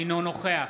אינו נוכח